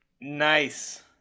Nice